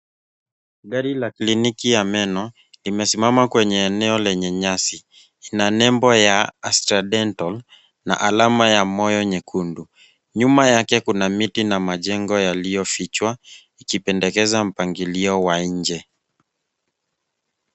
Gari la kliniki ya meno imesimama kwenye eneo lenye nyasi. Ina nembo ya Astra-Dental na alama ya moyo nyekundu. Nyuma yake kuna miti na majengo yaliyofichwa, ikipendekeza mpangilio wa nje.